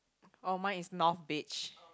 oh mine is north beach